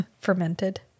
fermented